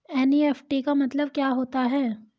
NEFT का मतलब क्या होता है?